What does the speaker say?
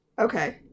Okay